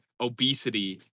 obesity